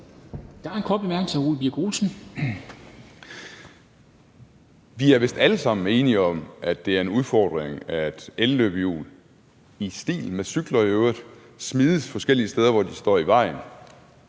Olesen. Kl. 11:17 Ole Birk Olesen (LA): Vi er vist alle sammen enige om, at det er en udfordring, at elløbehjul, i stil med cykler i øvrigt, smides forskellige steder, hvor de står i vejen.